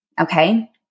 Okay